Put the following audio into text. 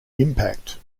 impact